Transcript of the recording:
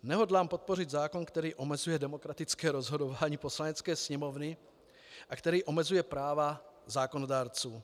Nehodlám podpořit zákon, který omezuje demokratické rozhodování Poslanecké sněmovny a který omezuje práva zákonodárců.